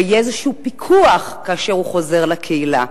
ויהיה איזה פיקוח כאשר הוא חוזר לקהילה,